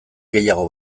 gehiago